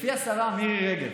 לפי השרה מירי רגב,